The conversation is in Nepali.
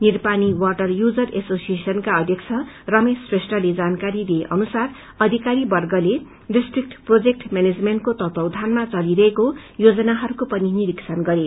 निरपानी वाटर यूजर एशेसिएशनले अध्यक्ष रमेश श्रेष्ठले जानकारी दिए अनुसार अधिकारीवर्गले डिस्ट्रीक्ट प्रोजेक्ट मेनेजमेन्टको तत्वावधानमा चलिरहेको योजनाहरूको पनि निरिक्षण गरे